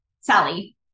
Sally